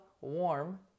warm